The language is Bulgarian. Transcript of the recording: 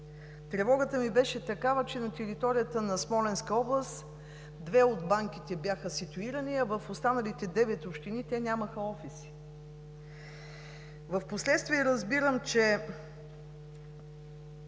Тревогата ми беше такава, че на територията на Смолянска област две от банките бяха ситуирани, а в останалите девет общини те нямаха офиси. Впоследствие разбирам, че